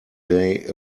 day